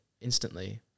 instantly